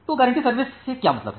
तो गारंटीकृत सर्विस से क्या मतलब है